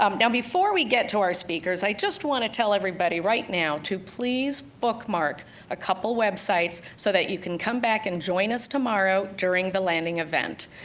um now, before we get to our speakers, i just want to tell everybody right now to please bookmark a couple websites so that you can come back and join us tomorrow during the landing event.